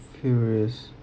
furious